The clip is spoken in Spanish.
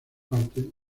parte